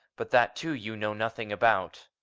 but that, too, you know nothing about.